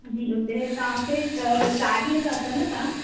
जी उते तव्हांखे चार ॾींहं ता अचो न तव्हां